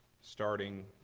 starting